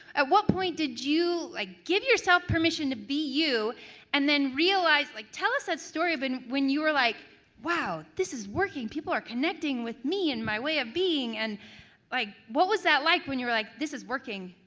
at what point did you give yourself permission to be you and then realize. like tell us that story about and when you are like wow, this is working, people are connecting with me and my way of being and like what was that like when you're like this is working?